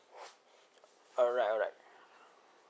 alright alright